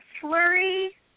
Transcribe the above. flurry